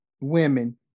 women